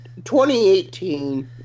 2018